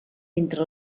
entre